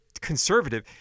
conservative